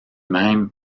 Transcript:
même